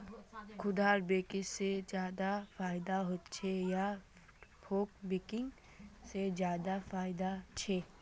खुदरा बिक्री से ज्यादा फायदा होचे या थोक बिक्री से ज्यादा फायदा छे?